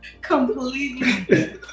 Completely